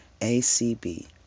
A-C-B